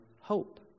hope